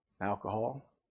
alcohol